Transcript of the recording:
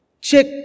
check